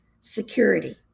security